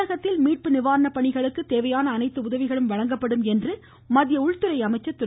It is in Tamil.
தமிழகத்தில் மீட்பு நிவாரண பணிகளுக்கு தேவையான அனைத்து உதவிகளும் வழங்கப்படும் என மத்திய உள்துறை அமைச்சர் திரு